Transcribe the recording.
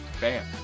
Bam